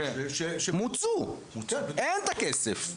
מוצו, אין את הכסף.